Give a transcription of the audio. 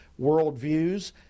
worldviews